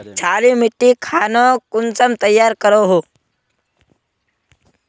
क्षारी मिट्टी खानोक कुंसम तैयार करोहो?